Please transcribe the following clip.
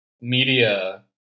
media